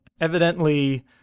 evidently